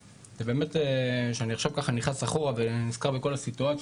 באמת שאני עכשיו ככה נכנס אחורה ואני נזכר ככה בכל הסיטואציות,